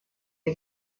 the